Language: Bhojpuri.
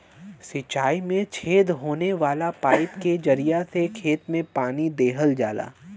सिंचाई में छेद वाला पाईप के जरिया से खेत में पानी देहल जाला